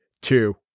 two